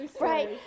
Right